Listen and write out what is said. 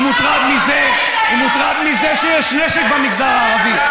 הוא מוטרד מזה שיש נשק במגזר הערבי.